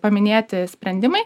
paminėti sprendimai